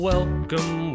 Welcome